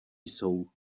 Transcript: jsou